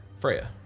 Freya